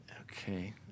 Okay